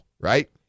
right